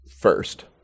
first